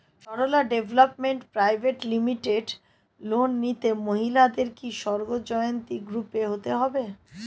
Sarala development private limited loan নিতে মহিলাদের কি স্বর্ণ জয়ন্তী গ্রুপে হতে হবে?